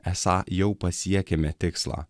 esą jau pasiekėme tikslą